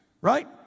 right